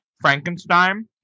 Frankenstein